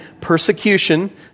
persecution